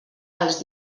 als